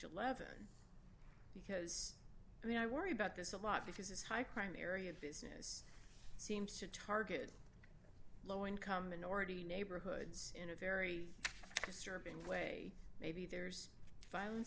eleven because i mean i worry about this a lot because it's high crime area business seems to target low income minority neighborhoods in a very disturbing way maybe there's violence